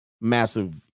massive